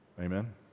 amen